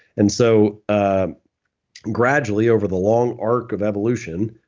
and so ah gradually over the long arc of evolution,